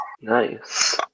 nice